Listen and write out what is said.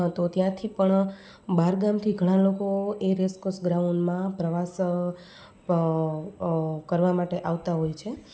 તો ત્યાંથી પણ બહારગામથી ઘણા લોકો એ રેસકોસ ગ્રાઉન્ડમાં પ્રવાસ કરવા માટે આવતા હોય છે